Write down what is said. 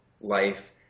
life